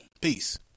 Peace